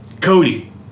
Cody